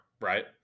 Right